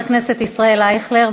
חבר הכנסת ישראל אייכלר,